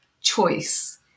choice